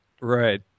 Right